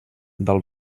del